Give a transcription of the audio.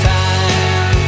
time